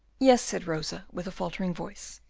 yes, said rosa, with a faltering voice,